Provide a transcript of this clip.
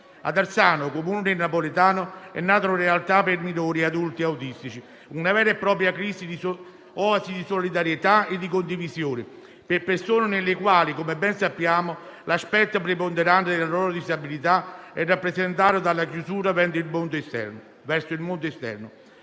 Ad Arzano, un Comune napoletano, è nata una realtà per minori e adulti autistici, una vera e propria oasi di solidarietà e di condivisione per persone nelle quali - come ben sappiamo - l'aspetto preponderante della loro disabilità è rappresentato dalla chiusura verso il mondo esterno.